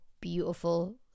beautiful